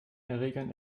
erregern